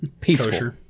peaceful